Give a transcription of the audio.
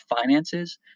finances